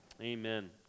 Amen